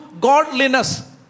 godliness